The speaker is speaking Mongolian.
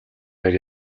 хоёр